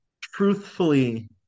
truthfully